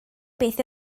beth